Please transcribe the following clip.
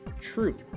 True